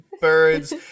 birds